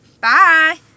Bye